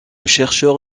chercheur